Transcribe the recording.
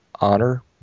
honor